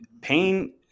pain